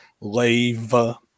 leva